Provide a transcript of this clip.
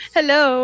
Hello